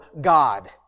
God